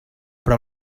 però